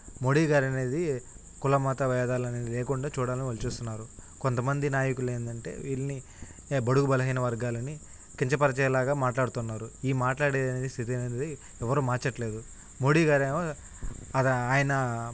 మోదీ గారు అనేది కులమత భేదాలు అనేది లేకుండా చూడాలని వాళ్ళు చూస్తున్నారు కొంతమంది నాయకులు ఏంటంటే వీళ్ళని బడుగు బలహీన వర్గాలని కించపరిచేలాగ మాట్లాడుతున్నారు ఈ మాట్లాడే స్థితి అనేది ఎవరు మార్చట్లేదు మోదీ గారు ఏమో అది ఆయన